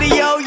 yo